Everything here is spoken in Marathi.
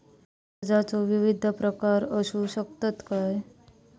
कर्जाचो विविध प्रकार असु शकतत काय?